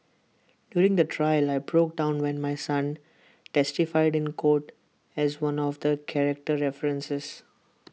during the trial I broke down when my son testified in court as one of the character references